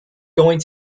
going